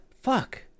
Fuck